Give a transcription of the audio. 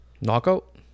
Knockout